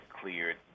cleared